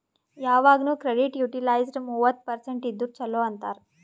ಯವಾಗ್ನು credit utilised ಮೂವತ್ತ percent ಇದ್ದುರ ಛಲೋ ಅಂತಾರ್